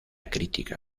crítica